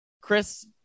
chris